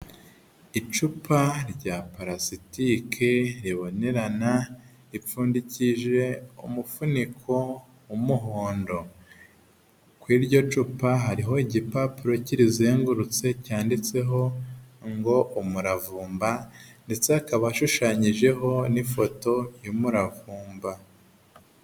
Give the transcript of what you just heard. Icupa rya parasitike ribonerana, ripfundikije umufuniko w'umuhondo. Kuri iryo cupa hariho igipapuro kirizengurutse cyanditseho ngo umuravumba ndetse hakaba hashushanyijeho n'ifoto y'umuravumba.